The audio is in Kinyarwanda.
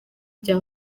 bya